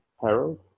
Harold